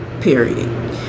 period